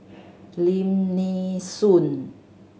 Lim Nee Soon